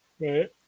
Right